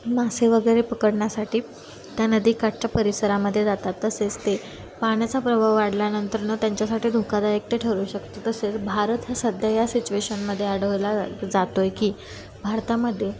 मासे वगैरे पकडण्यासाठी त्या नदी काठच्या परिसरामध्ये जातात तसेच ते पाण्याचा प्रभाव वाढल्यानंतर ना त्यांच्यासाठी धोकादायक ते ठरू शकतं तसेच भारत हा सध्या या सिच्युएशनमध्ये आढळला जातो आहे की भारतामध्ये